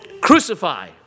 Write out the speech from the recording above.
crucify